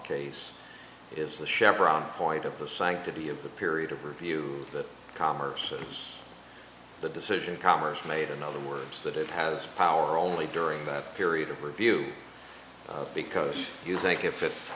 case if the chevron point of the sanctity of the period of review the commerce the decision commerce made in other words that it has power only during a period of review because you think if i